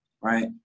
right